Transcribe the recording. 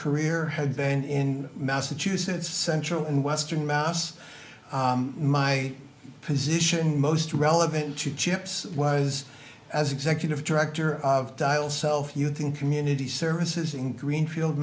career had been in massachusetts central and western mass my position most relevant to chips was as executive director of dial self you think community services inc green field